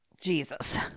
jesus